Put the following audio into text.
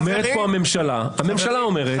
הממשלה אומרת: